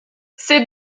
ses